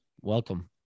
Welcome